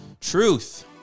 Truth